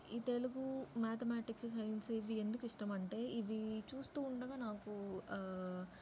ఈ Telugu mathematics science ఇవి ఎందుకు ఇష్టం అంటే ఇవి చూస్తూ ఉండగా నాకు